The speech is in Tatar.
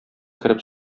кереп